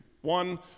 one